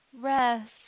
rest